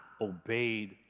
obeyed